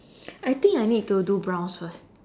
I think I need to do brows first